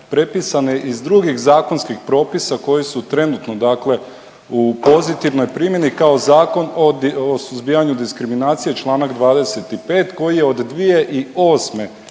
prepisane iz drugih zakonskih propisa koji su trenutno dakle u pozitivnoj primjeni, kao Zakon o suzbijanju diskriminacije, čl. 25 koji je od 2008.,